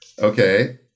okay